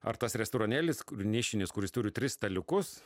ar tas restoranėlis nišinis kuris turi tris staliukus